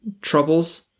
troubles